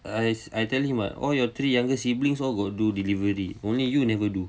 I I tell him [what] all your three younger siblings all got do delivery only you never do